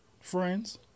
friends